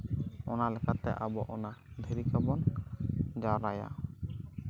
ᱚᱱᱟ ᱞᱮᱠᱟ ᱛᱮ ᱟᱵᱚ ᱚᱱᱟ ᱫᱷᱤᱨᱤ ᱠᱚᱵᱚᱱ ᱡᱟᱣᱨᱟᱭᱟ